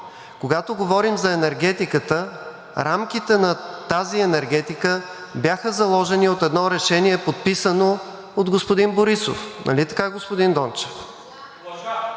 когато говорим за енергетиката – рамките на тази енергетика бяха заложени от едно решение, подписано от господин Борисов. Нали така, господин Дончев?